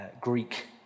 Greek